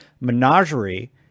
menagerie